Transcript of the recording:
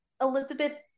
Elizabeth